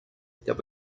that